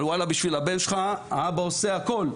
אבל ואללה בשביל הבן שלך האבא עושה הכול,